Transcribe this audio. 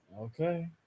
Okay